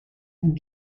and